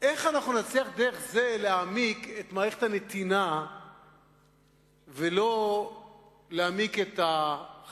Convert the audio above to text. איך אנחנו נצליח דרך זה להעמיק את מערכת הנתינה ולא להעמיק את החשיבות